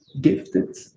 gifted